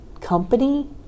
company